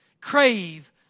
crave